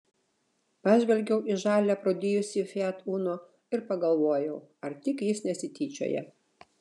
pažvelgiau į žalią aprūdijusį fiat uno ir pagalvojau ar tik jis nesityčioja